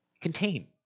contain